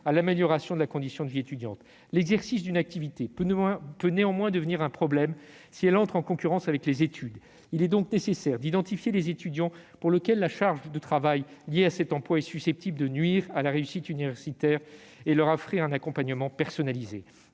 à l'amélioration de la condition de vie étudiante. L'exercice d'une activité peut néanmoins devenir un problème si elle entre en concurrence avec les études. Il est donc nécessaire d'identifier les étudiants pour lesquels la charge de travail liée à cet emploi est susceptible de nuire à la réussite universitaire et de leur offrir un accompagnement personnalisé.